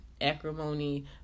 Acrimony